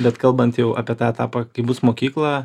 bet kalbant jau apie tą etapą kai bus mokykla